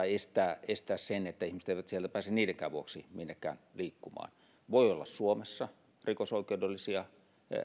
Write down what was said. estää estää sen että ihmiset eivät sieltä pääse niidenkään vuoksi minnekään liikkumaan voi olla suomessa rikosoikeudellisia